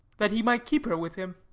that he might keep her with him.